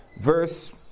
verse